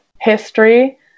history